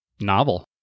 Novel